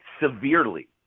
severely